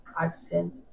accent